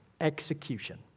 Execution